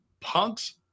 Punk's